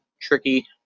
tricky